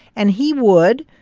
and he would,